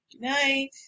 Goodnight